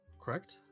correct